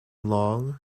long